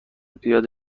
پیاده